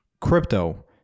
crypto